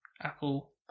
Apple